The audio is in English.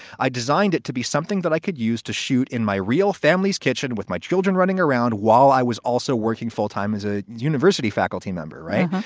i designed it to be something that i could use to shoot in my real family's kitchen with my children running around while i was also working full time as a university faculty member. right.